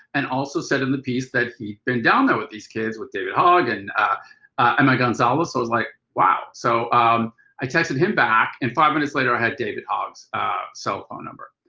and also said in the piece that he been down there with these kids with, david hogg and ah um emma gonzalez. so i was like wow. so um i texted him back and five minutes later i had david hogg's cell phone number.